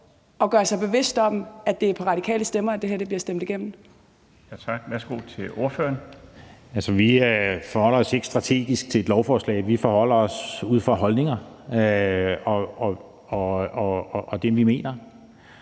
og er bevidste om, at det er med radikale stemmer, at det her bliver stemt igennem.